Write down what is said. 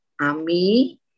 Ami